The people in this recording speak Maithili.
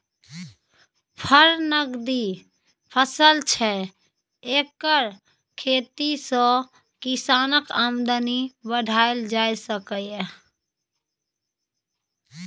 फर नकदी फसल छै एकर खेती सँ किसानक आमदनी बढ़ाएल जा सकैए